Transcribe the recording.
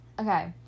okay